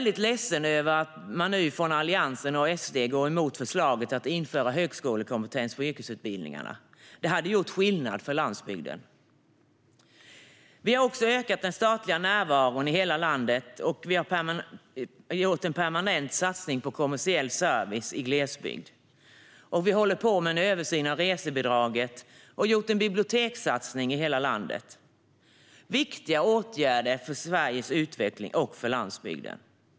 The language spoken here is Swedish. Det är ledsamt att Alliansen och SD går emot förslaget att införa högskolekompetens på yrkesutbildningar, för det hade gjort skillnad för landsbygden. Vi har också ökat den statliga närvaron i hela landet och gjort en permanent satsning på kommersiell service i glesbygd. Vi håller på med en översyn av reseavdraget, och vi har gjort en biblioteksatsning i hela landet. Det är viktiga åtgärder för Sveriges utveckling och för landsbygden.